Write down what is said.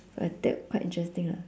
like that quite interesting lah